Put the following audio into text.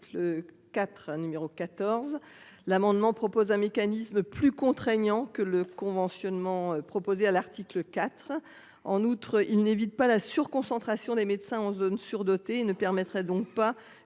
L'amendement propose un mécanisme plus contraignant que le conventionnement proposée à l'article IV. En outre il n'évite pas la surconcentration des médecins en zones surdotées ne permettrait donc pas